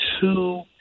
two